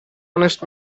honest